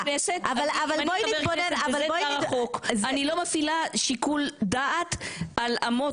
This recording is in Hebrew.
אם אני חבר כנסת וזה דבר החוק אני לא מפעילה שיקול דעת על אמות המידה.